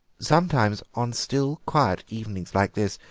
sometimes on still, quiet evenings like this,